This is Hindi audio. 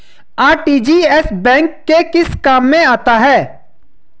आर.टी.जी.एस बैंक के किस काम में आता है?